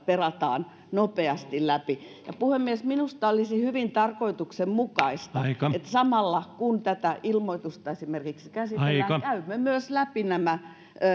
perataan nopeasti läpi puhemies minusta olisi hyvin tarkoituksenmukaista että samalla kun tätä ilmoitusta esimerkiksi käsitellään käymme myös läpi nämä